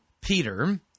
Peter